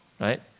right